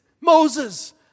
Moses